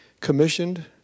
commissioned